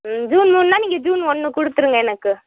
ம் ஜூன் மூணுன்னால் நீங்கள் ஜூன் ஒன்று கொடுத்துருங்க எனக்கு